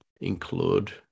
include